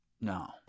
No